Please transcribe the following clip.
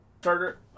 starter